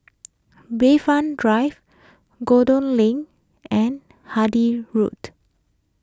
Bayfront Drive Lane and Handy Road